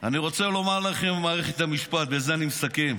על מערכת המשפט אני רוצה לומר לכם, ובזה אני מסכם: